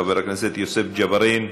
חבר הכנסת יוסף ג'בארין,